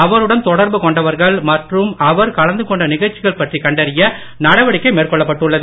அவருடன் தொடர்பு கொண்டவர்கள் மற்றும் அவர் கலந்து கொண்ட நிகழ்ச்சிகள் பற்றி கண்டறிய நடவடிக்கை மேற்கொள்ளப்பட்டுள்ளது